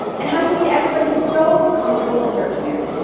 and how she made everybody so comfortable in their chair.